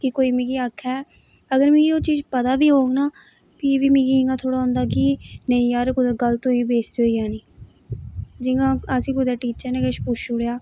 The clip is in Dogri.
कि कोई मिगी आक्खै अगर ओह् चीज मिगी पता बी होग ना फ्ही बी मिगी थोह्ड़ा इयां होंदा कि नेईं यार कुतै गलत होई बेसती होई जानी जियां असें कुतै टीचर नै गै किश पुच्छी ओड़ेआ